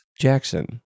Jackson